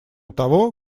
того